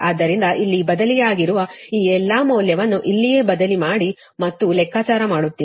ಆದ್ದರಿಂದ ಇಲ್ಲಿ ಬದಲಿಯಾಗಿರುವ ಈ ಎಲ್ಲಾ ಮೌಲ್ಯವನ್ನು ಇಲ್ಲಿಯೇ ಬದಲಿ ಮಾಡಿ ಮತ್ತು ಲೆಕ್ಕಾಚಾರ ಮಾಡುತ್ತೀರಿ IS 257